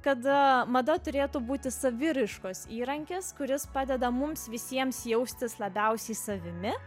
kad mada turėtų būti saviraiškos įrankis kuris padeda mums visiems jaustis labiausiai savimi